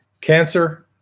Cancer